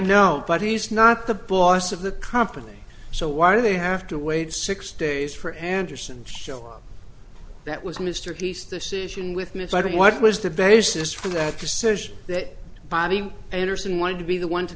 know but he's not the boss of the company so why do they have to wait six days for anderson's show up that was mr pease decision with me if i did what was the basis for that decision that bobby anderson wanted to be the one to